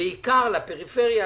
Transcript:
בעיקר לפריפריה,